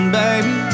baby